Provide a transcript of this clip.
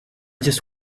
just